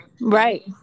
Right